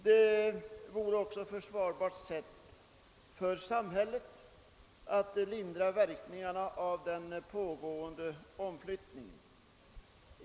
Detta vore också ett försvarbart sätt för samhället att lindra verkningarna av den pågående omflyttningen.